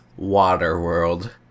Waterworld